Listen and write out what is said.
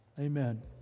Amen